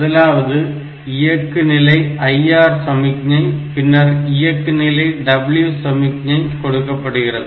முதலாவது இயக்கு நிலை IR சமிக்ஞை பின்னர் இயக்கு நிலை W சமிக்ஞை கொடுக்கப்படுகிறது